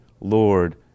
Lord